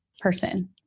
person